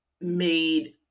made